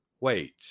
Wait